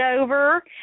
over